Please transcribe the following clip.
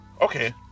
Okay